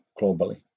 globally